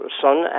son